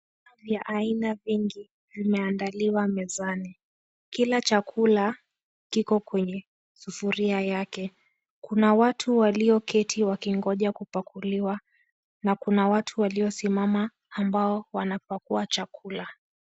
Vyakula vya aina vingi vimeandaliwa mezani, kila chakula kiki kwenye sufuria yake kuna watu walioketi wakingoja kupakuliwa na kuna watu waliosimama ambao wanapakua chakula.